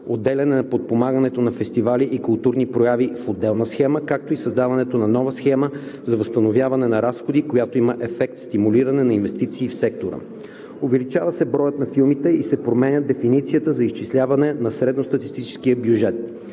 отделяне на подпомагането на фестивали и културни прояви в отделна схема, както и създаване на нова схема за възстановяване на разходи, която има като ефект стимулиране на инвестиции в сектора. Увеличава се броят на филмите и се променя дефиницията за изчисляване на средностатистическия бюджет.